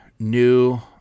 New